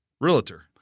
Realtor